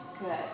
Good